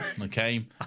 Okay